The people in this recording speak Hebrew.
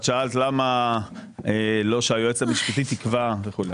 את שאלת למה שלא היועצת המשפטית תקבע וכו'.